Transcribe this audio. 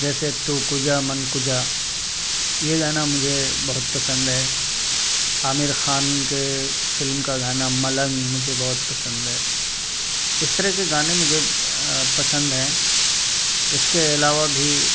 جیسے تو کجا من کجا یہ گانا مجھے بہت پسند ہے عامر خان کے فلم کا گانا ملنگ مجھے بہت پسند ہے اس طرح کے گانے مجھے پسند ہیں اس کے علاوہ بھی